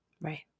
Right